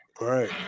right